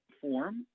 form